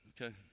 Okay